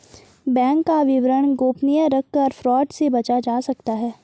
bank का विवरण गोपनीय रखकर फ्रॉड से बचा जा सकता है